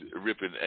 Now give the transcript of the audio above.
ripping